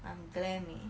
unglamorous eh